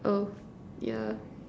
oh yeah